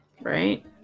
right